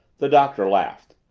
the doctor laughed.